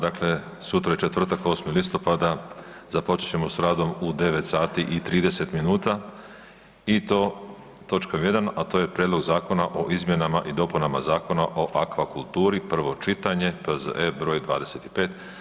Dakle, sutra je četvrtak 8. listopada započet ćemo s radom u 9,30 sati i to točkom 1, a to je Prijedlog zakona o izmjenama i dopunama Zakona o akvakulturi, prvo čitanje, P.Z.E. br. 25.